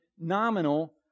nominal